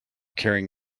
carrying